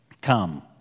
Come